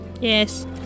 Yes